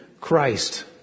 Christ